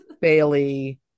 Bailey